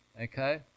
Okay